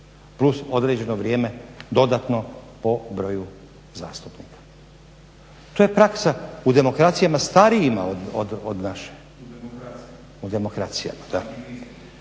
plus određeno vrijeme dodat po broju zastupnika. To je praksa u demokracijama starijima od naše. …/Upadica: U